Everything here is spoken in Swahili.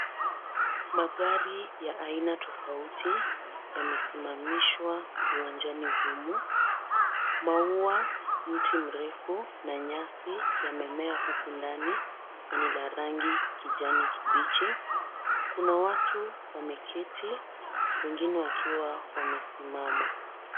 Magari ya aina tofauti yamesimamishwa uwanjani humu. Maua, mti mrefu na nyasi yamemea huku ndani na ni la rangi kijani kibichi. Kuna watu wameketi wengine wakiwa wamesimama.